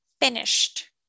finished